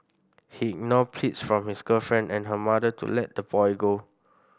he ignored pleas from his girlfriend and her mother to let the boy go